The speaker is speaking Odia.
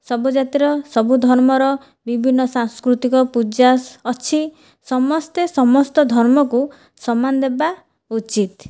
ସବୁ ଜାତିର ସବୁ ଧର୍ମର ବିଭିନ୍ନ ସାଂସ୍କୃତିକ ପୂଜା ଅଛି ସମସ୍ତେ ସମସ୍ତ ଧର୍ମକୁ ସମ୍ମାନ ଦେବା ଉଚିତ